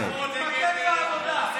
חבר הכנסת כהן.